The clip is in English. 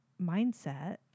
mindset